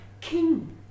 king